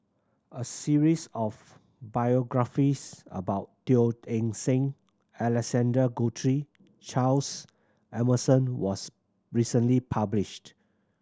a series of biographies about Teo Eng Seng Alexander Guthrie Charles Emmerson was recently published